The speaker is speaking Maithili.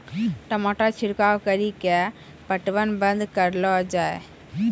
टमाटर छिड़काव कड़ी क्या पटवन बंद करऽ लो जाए?